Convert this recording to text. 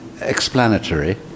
explanatory